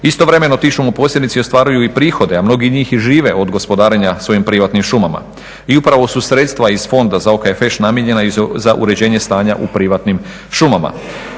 Istovremeno ti šumoposjednici ostvaruju i prihode, a mnogi njih i žive od gospodarenja svojim privatnim šumama. I upravo su sredstva iz Fonda za OKFŠ namijenjena za uređenje stanje u privatnim šumama.